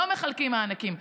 לא מחלקים מענקים,